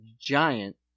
Giant